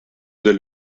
del